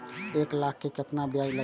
एक लाख के केतना ब्याज लगे छै?